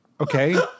okay